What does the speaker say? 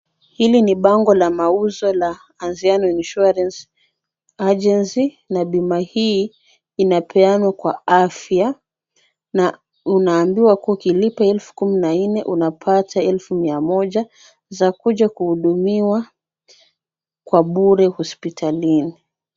Hili ni bango la mauzo la Anziano Insurance Agency na bima hii inapeanwa kwa afya na unaambiwa kuwa ukilipa elfu kumi na nne unapata elfu mia moja za kuja kuhudumiwa kwa bure hospitalini.